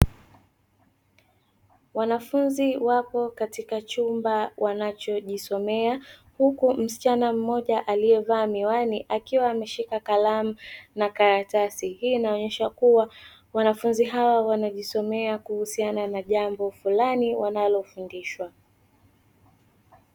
Wanafunzi wapo katika chumba wanachojisomea huku msichana mmoja aliyevaa miwani akiwa ameshika kalamu na karatasi, hii inaonyesha kuwa wanafunzi hawa wanajisomea kuhusiana na jambo fulani wanalofundishwa.